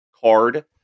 card